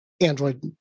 Android